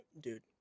dude